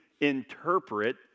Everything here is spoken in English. interpret